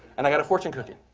and i got a fortune cookie.